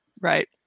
Right